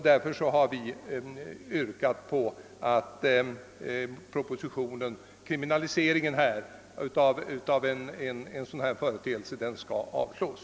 Därför har vi yrkat att propositionen innebärande en kriminalisering av den professionella boxningen skall avslås.